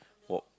walk